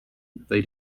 they